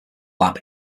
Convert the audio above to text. lap